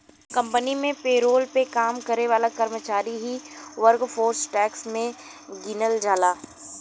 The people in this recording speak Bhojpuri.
कंपनी में पेरोल पे काम करे वाले कर्मचारी ही वर्कफोर्स टैक्स में गिनल जालन